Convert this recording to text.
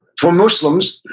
for muslims,